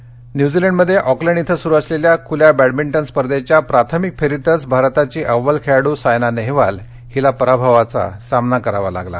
बॅडमिंटि न्यूझीलंडमध्ये ऑकलंड इथं सुरु असलेल्या खुल्या बडमिन्टन स्पर्धेच्या प्राथमिक फेरीतच भारताची अव्वल खेळाडू सायना नेहवाल हिला पराभवाचा सामना करावा लागला